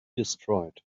destroyed